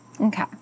Okay